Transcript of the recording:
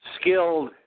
skilled